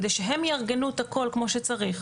כדי שהם יארגנו את הכל כמו שצריך,